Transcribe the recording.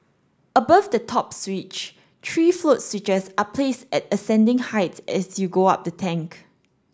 above the stop switch three float switches are placed at ascending heights as you go up the tank